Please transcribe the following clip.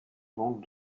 banque